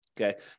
Okay